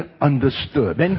understood